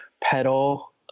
pedal